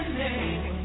name